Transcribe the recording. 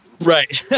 right